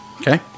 Okay